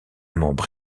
membre